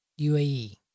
UAE